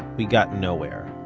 we got nowhere.